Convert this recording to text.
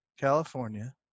California